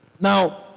Now